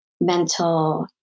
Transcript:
mental